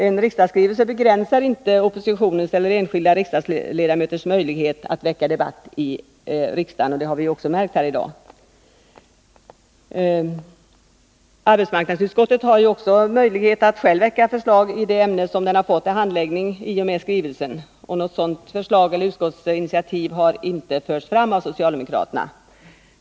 En regeringsskrivelse begränsar inte oppositionens eller enskilda riksdagsledamöters möjligheter att väcka debatt i riksdagen. Det har vi ju märkt här i dag. Arbetsmarknadsutskottet har också möjlighet att självt väcka förslag i det ämne som det har fått till handläggning i och med regeringsskrivelsen. Något sådant förslag till utskottsinitiativ har socialdemokraterna inte fört fram.